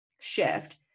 shift